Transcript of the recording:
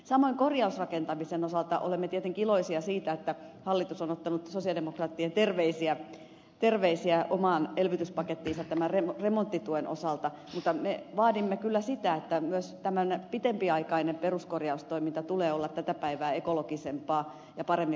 samoin korjausrakentamisen osalta olemme tietenkin iloisia siitä että hallitus on ottanut sosialidemokraattien terveisiä omaan elvytyspakettiinsa tämän remonttituen osalta mutta me vaadimme kyllä sitä että myös pitempiaikainen peruskorjaustoiminta tulee olla tätä päivää ekologisempaa ja paremmin resursoitua